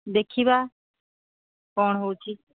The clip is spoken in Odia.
ଦେଖିବା କ'ଣ ହେଉଛି